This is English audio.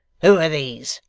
who are these?